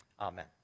amen